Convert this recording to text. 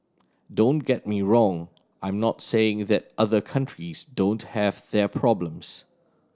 don't get me wrong I'm not saying that other countries don't have their problems